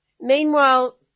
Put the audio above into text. Meanwhile